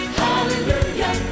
hallelujah